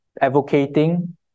advocating